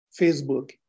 Facebook